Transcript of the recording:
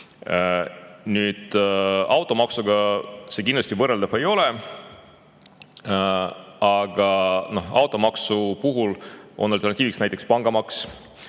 Nüüd, automaksuga ei ole see kindlasti võrreldav, aga automaksu puhul on alternatiiv näiteks pangamaks